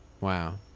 Wow